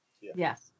Yes